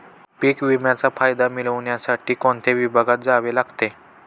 पीक विम्याचा फायदा मिळविण्यासाठी कोणत्या विभागात जावे लागते?